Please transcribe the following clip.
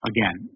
Again